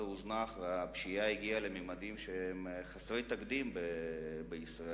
הוזנח והפשיעה הגיעה לממדים שהם חסרי תקדים בישראל,